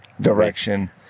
direction